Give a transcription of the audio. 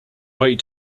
wait